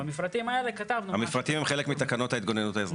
במפרטים האלה כתבנו --- המפרטים הם חלק מתקנות ההתגוננות האזרחית.